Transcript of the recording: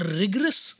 rigorous